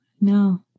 no